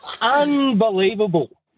Unbelievable